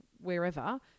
wherever